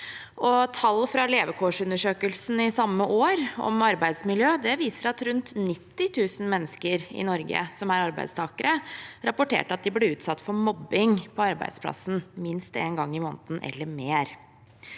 Tall fra levekårsundersøkelsen i samme år om arbeidsmiljø viser at rundt 90 000 mennesker i Norge som er arbeidstakere, rapporterte at de ble utsatt for mobbing på arbeidsplassen minst én gang i måneden eller mer.